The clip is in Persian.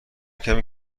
کمی